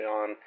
on